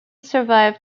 survived